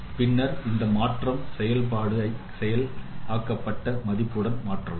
பின்னர் இந்த மாற்றும் செயல்பாடு ஐ செயல் ஆக்கப்பட்ட மதிப்புடன் மாற்றலாம்